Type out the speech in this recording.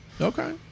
Okay